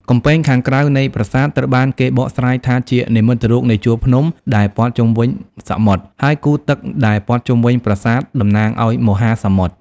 កំពែងខាងក្រៅនៃប្រាសាទ ត្រូវបានគេបកស្រាយថាជានិមិត្តរូបនៃជួរភ្នំដែលព័ទ្ធជុំវិញសមុទ្រ ហើយគូទឹកដែលព័ទ្ធជុំវិញប្រាសាទតំណាងឱ្យមហាសមុទ្រ។